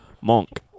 Monk